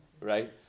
right